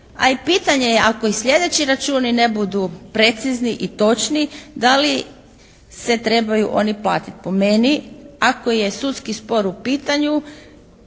a i pitanje je ako slijedeći računi ne budu precizni i točni da li se trebaju oni platiti. Po meni ako je sudski spor u pitanju